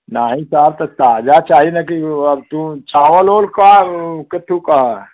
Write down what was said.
नाहीं साहब तो ताजा चाहिए ना कि वो अब तु चावल ओवल का केत्थू का है